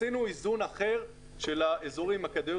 עשינו איזון אחר של האזורים עם הכדאיות